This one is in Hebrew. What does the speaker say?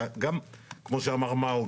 שכמו שאמר מאור,